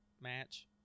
match